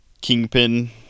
Kingpin